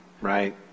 right